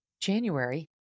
January